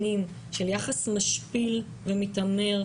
שנים של יחס משפיל ומתעמר,